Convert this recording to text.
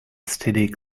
std